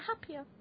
happier